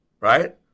right